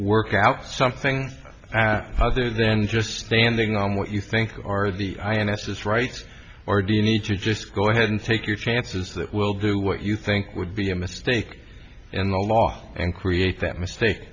work out something other than just standing on what you think are the ins right or do you need to just go ahead and take your chances that will do what you think would be a mistake in the law and create that mistake